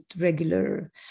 regular